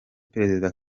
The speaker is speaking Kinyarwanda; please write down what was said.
perezida